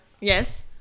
Yes